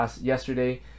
yesterday